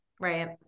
Right